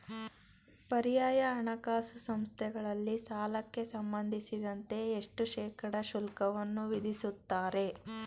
ಪರ್ಯಾಯ ಹಣಕಾಸು ಸಂಸ್ಥೆಗಳಲ್ಲಿ ಸಾಲಕ್ಕೆ ಸಂಬಂಧಿಸಿದಂತೆ ಎಷ್ಟು ಶೇಕಡಾ ಶುಲ್ಕವನ್ನು ವಿಧಿಸುತ್ತಾರೆ?